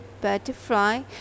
butterfly